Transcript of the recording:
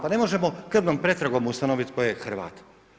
Pa ne možemo krvnom pretragom ustanovit tko je Hrvat.